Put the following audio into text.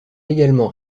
également